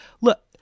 Look